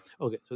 Okay